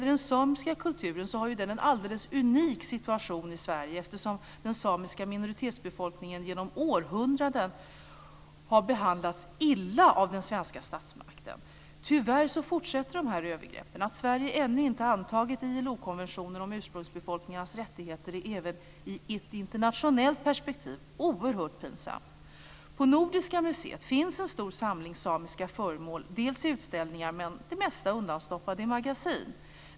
Den samiska kulturen har en alldeles unik situation i Sverige, eftersom den samiska minoritetsbefolkningen genom århundraden har behandlats illa av den svenska statsmakten. Tyvärr fortsätter de här övergreppen. Att Sverige ännu inte har antagit ILO konventionen om ursprungsbefolkningars rättigheter i ett internationellt perspektiv är oerhört pinsamt. På Nordiska museet finns en stor samling samiska föremål. En del finns i utställningar, men det mesta är undanstoppat i magasin.